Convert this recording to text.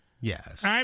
Yes